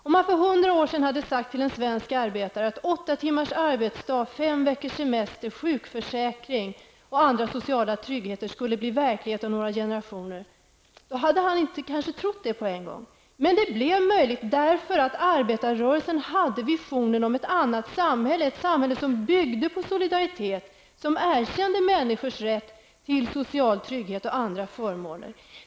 Om man för hundra år sedan hade sagt till en svensk arbetare att åtta timmars arbetsdag, fem veckors semester, sjukförsäkring och andra sociala tryggheter skulle bli verklighet om några generationer, hade han kanske inte trott det på en gång. Men det blev möjligt därför att arbetarrörelsen hade visionen om ett annat samhälle, ett samhälle som byggde på solidaritet och som erkände människors rätt till social trygghet och andra förmåner.